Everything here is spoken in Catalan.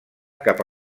cap